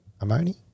Amoni